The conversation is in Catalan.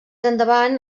endavant